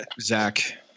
Zach